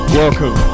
welcome